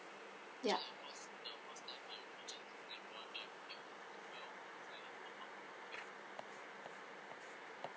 ya